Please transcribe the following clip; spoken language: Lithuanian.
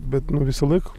bet visąlaik